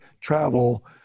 travel